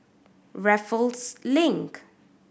Raffles Link